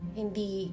hindi